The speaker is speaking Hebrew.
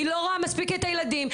לא רואה מספיק את הילדים.